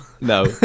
No